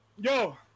yo